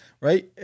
right